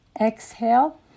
exhale